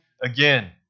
again